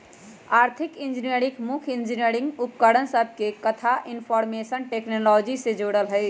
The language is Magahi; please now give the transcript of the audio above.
आर्थिक इंजीनियरिंग मुख्य इंजीनियरिंग उपकरण सभके कथा इनफार्मेशन टेक्नोलॉजी से जोड़ल हइ